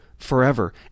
Forever